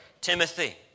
Timothy